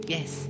Yes